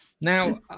Now